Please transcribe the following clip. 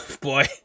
Boy